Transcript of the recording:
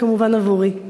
וכמובן עבורי.